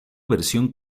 versión